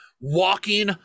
walking